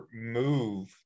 move